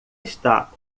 está